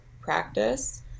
practice